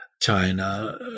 China